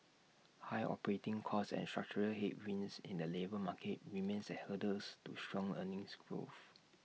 high operating costs and structural headwinds in the labour market remains as hurdles to strong earnings growth